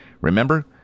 Remember